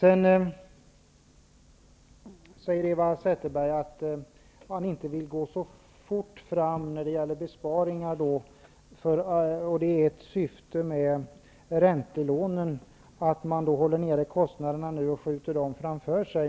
Eva Zetterberg säger att man inte vill gå så fort fram när det gäller besparingar och att syftet med räntelånen är att hålla kostnaderna nere och skjuta dem framför sig.